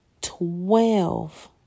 twelve